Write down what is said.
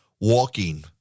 walking